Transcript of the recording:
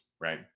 right